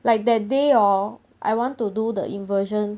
like that day oh I want to do the inversion